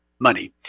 money